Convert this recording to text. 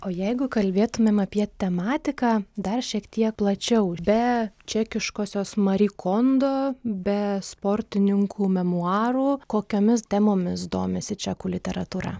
o jeigu kalbėtumėm apie tematiką dar šiek tiek plačiau be čekiškosios mari kondo be sportininkų memuarų kokiomis temomis domisi čekų literatūra